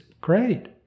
Great